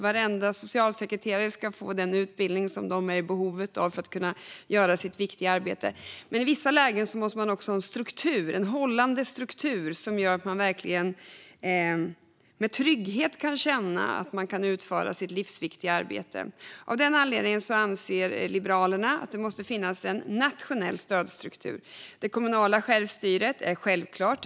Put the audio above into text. Varenda socialsekreterare ska få den utbildning som de är i behov av för att kunna göra sitt viktiga arbete. Men i vissa lägen måste man också ha en hållande struktur som gör att man verkligen med trygghet kan känna att man kan utföra sitt livsviktiga arbete. Liberalerna anser därför att det bör finnas en nationell stödstruktur. Det kommunala självstyret är här något självklart.